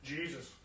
Jesus